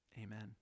amen